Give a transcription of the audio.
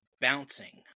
bouncing